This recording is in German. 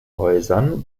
häusern